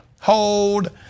Hold